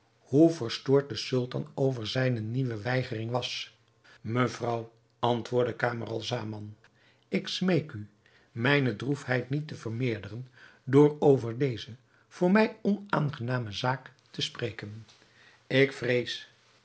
hoe verstoord de sultan over zijne nieuwe weigering was mevrouw antwoordde camaralzaman ik smeek u mijne droefheid niet te vermeerderen door over deze voor mij onaangename zaak te spreken ik vrees